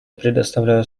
предоставляю